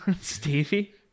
Stevie